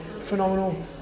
phenomenal